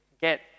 get